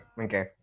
Okay